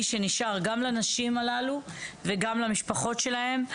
שנשאר גם לנשים הללו וגם למשפחות שלהן,